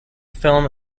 film